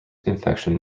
infection